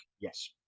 yes